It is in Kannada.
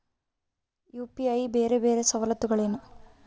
ಯು.ಪಿ.ಐ ಬೇರೆ ಬೇರೆ ಸವಲತ್ತುಗಳೇನು?